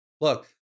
Look